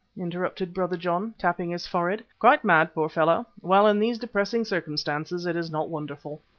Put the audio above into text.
interrupted brother john, tapping his forehead, quite mad, poor fellow! well, in these depressing circumstances it is not wonderful.